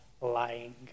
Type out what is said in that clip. lying